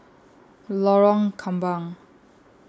Lorong Kembang